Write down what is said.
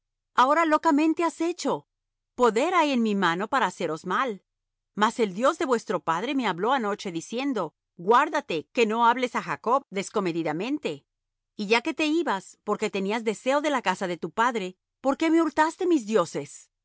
ahora locamente has hecho poder hay en mi mano para haceros mal mas el dios de vuestro padre me habló anoche diciendo guárdate que no hables á jacob descomedidamente y ya que te ibas porque tenías deseo de la casa de tu padre por qué me hurtaste mis dioses